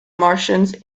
martians